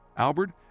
Albert